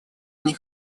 они